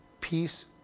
peace